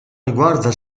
riguarda